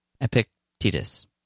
Epictetus